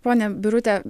ponia birute